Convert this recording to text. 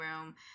room